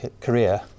career